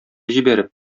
җибәреп